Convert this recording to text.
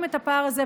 לשמוע אותם,